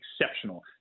exceptional